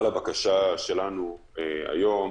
אבל הבקשה שלנו היום